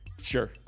Sure